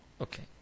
Okay